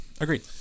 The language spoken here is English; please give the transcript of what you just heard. agreed